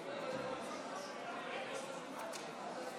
אדוני